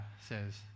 says